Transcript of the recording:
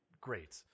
great